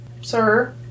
sir